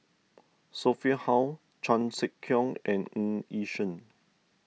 Sophia Hull Chan Sek Keong and Ng Yi Sheng